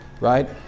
Right